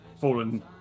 fallen